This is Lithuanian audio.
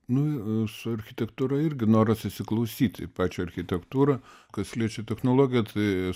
nu su architektūra irgi noras įsiklausyti į pačią architektūrą kas liečia technologiją tai